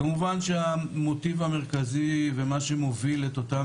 כמובן שהמוטיב המרכזי ומה שמוביל את אותם